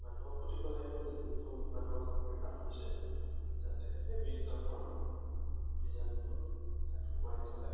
মানুহকো দিব লাগিব যিহেতু মানুহক কুকুৰে কামুৰিছে যাতে ৰেবিজ নামৰ বিজাণুটো গাত সোমাই নাযায়